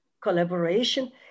collaboration